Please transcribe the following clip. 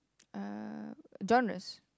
uh genres